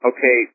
Okay